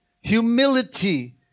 humility